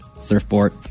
Surfboard